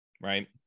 Right